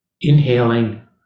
Inhaling